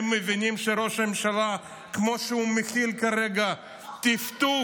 הם מבינים שראש הממשלה, כמו שהוא מכיל כרגע טפטוף,